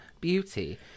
beauty